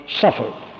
suffered